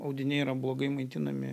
audiniai yra blogai maitinami